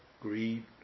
greed